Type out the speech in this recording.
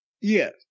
Yes